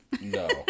No